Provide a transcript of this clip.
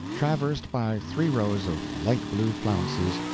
traversed by three rows of light-blue flounces,